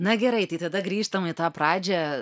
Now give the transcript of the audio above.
na gerai tai tada grįžtam į tą pradžią